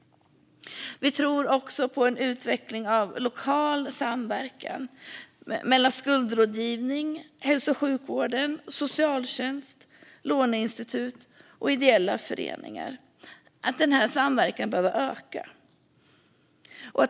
Vi tror på en utveckling av lokal samverkan mellan skuldrådgivning, hälso och sjukvård, socialtjänst, låneinstitut och ideella föreningar och att denna samverkan behöver öka.